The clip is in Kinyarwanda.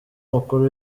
mukuru